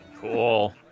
Cool